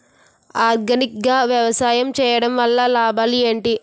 Organic గా వ్యవసాయం చేయడం వల్ల లాభాలు ఏంటి?